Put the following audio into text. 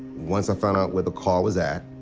once i found out where the car was at,